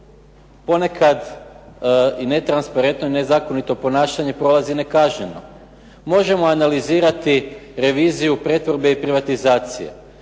ponekad i netransparentno i nezakonito ponašanje prolazi nekažnjeno možemo analizirati reviziju pretvorbe i privatizacije.